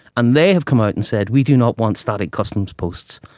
and they have come out and said we do not want static customs posts,